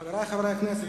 חברי חברי הכנסת,